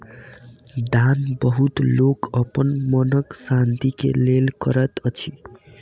दान बहुत लोक अपन मनक शान्ति के लेल करैत अछि